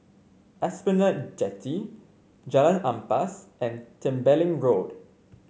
Esplanade Jetty Jalan Ampas and Tembeling Road